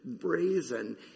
brazen